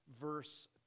verse